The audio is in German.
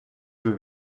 für